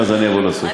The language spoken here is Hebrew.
אז אני אעבור לסוף.